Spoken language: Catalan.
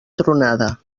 tronada